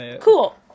cool